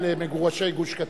מגורשי גוש-קטיף.